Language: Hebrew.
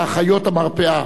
ואחיות המרפאה,